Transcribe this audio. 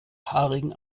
haarigen